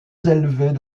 élevées